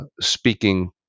speaking